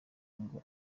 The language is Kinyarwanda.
ngo